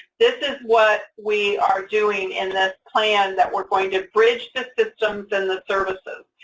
this is what we are doing in this plan, that we're going to bridge the systems and the services?